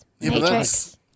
Matrix